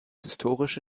historische